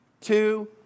two